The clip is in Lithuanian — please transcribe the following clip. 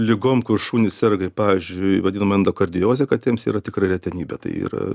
ligom kur šunys serga ir pavyzdžiui vadinama endokardiozė katėms yra tikra retenybė tai yra